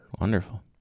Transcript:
Wonderful